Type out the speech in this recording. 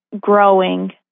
growing